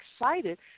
excited